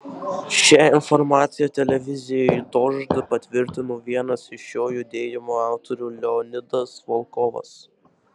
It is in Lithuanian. šią informaciją televizijai dožd patvirtino vienas iš šio judėjimo autorių leonidas volkovas